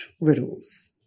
riddles